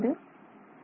Refer Time 1107